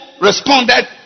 responded